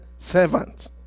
servant